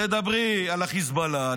תדברי על החיזבאללה,